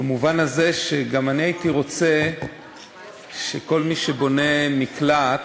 במובן הזה שגם אני הייתי רוצה שכל מי שבונה מקלט